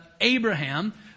Abraham